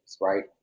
Right